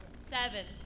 Seven